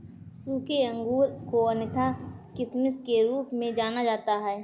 सूखे अंगूर को अन्यथा किशमिश के रूप में जाना जाता है